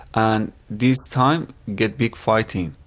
and this time get big fighting.